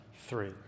three